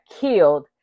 killed